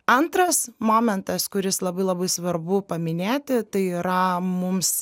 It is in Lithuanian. antras momentas kuris labai labai svarbu paminėti tai yra mums